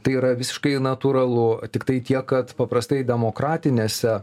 tai yra visiškai natūralu tiktai tiek kad paprastai demokratinėse